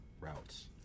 routes